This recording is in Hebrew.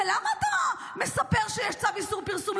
למה אתה מספר שיש צו איסור פרסום?